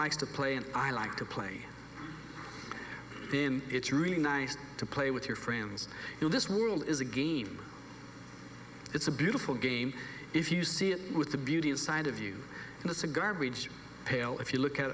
likes to play and i like to play been it's really nice to play with your friends in this world is a game it's a beautiful game if you see it with the beauty inside of you and it's a garbage pail if you look at